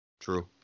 True